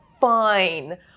fine